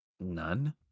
none